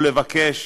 או לבקש,